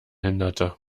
hinderte